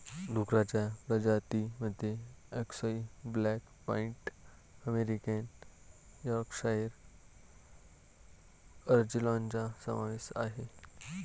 डुक्करांच्या प्रजातीं मध्ये अक्साई ब्लॅक पाईड अमेरिकन यॉर्कशायर अँजेलॉनचा समावेश आहे